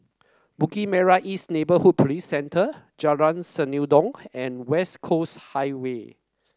Bukit Merah East Neighbourhood Police Centre Jalan Senandong and West Coast Highway